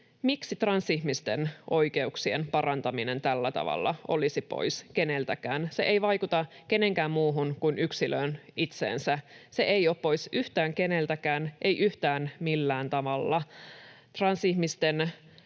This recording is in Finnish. Miksi transihmisten oikeuksien parantaminen tällä tavalla olisi pois keneltäkään? Se ei vaikuta keneenkään muuhun kuin yksilöön itseensä. Se ei ole pois yhtään keneltäkään, ei yhtään millään tavalla.